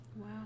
Wow